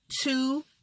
two